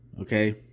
okay